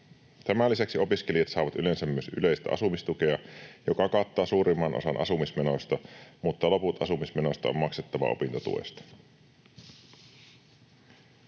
Tämän lisäksi opiskelijat saavat yleensä myös yleistä asumistukea, joka kattaa suurimman osan asumismenoista, mutta loput asumismenoista on maksettava opintotuesta.